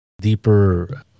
deeper